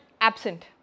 absent